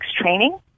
training